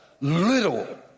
little